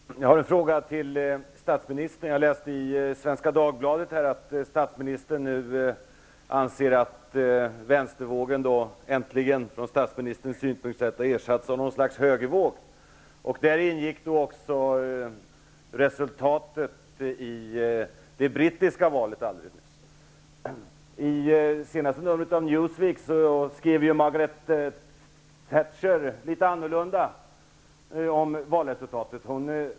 Fru talman! Jag har en fråga till statsministern. Jag läste i Svenska Dagbladet att statsministern anser att vänstervågen äntligen -- från statsministerns synpunkt sett -- har ersatts av något slags högervåg. I denna högervåg ingick resultatet av det nyligen hållna brittiska valet. I senaste numret av Newsweek uttryckte sig Margaret Thatcher något annorlunda om valresultatet.